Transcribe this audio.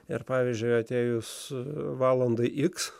ir pavyzdžiui atėjus valandai x